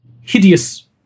hideous